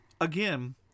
again